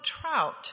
trout